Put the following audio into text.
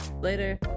later